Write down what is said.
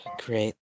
great